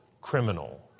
criminal